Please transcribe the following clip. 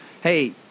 Hey